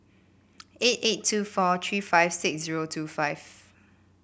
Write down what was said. eight eight two four three five six zero two five